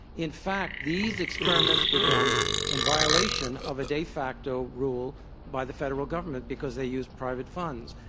in fact, these experiments were done in violation of a de facto rule by the federal government, because they used private funds.